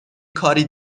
کاری